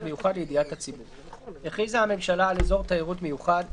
מיוחד לידיעת הציבור 12ו. הכריזה הממשלה על אזור תיירות מיוחד,